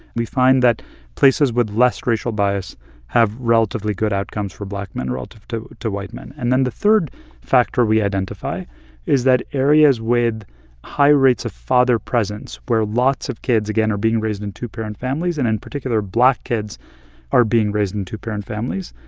we find that places with less racial bias have relatively good outcomes for black men relative to to white men. and then the third factor we identify is that areas with high rates of father presence, where lots of kids again are being raised in two-parent families and, in particular, black kids are being raised in two-parent families,